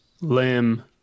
limb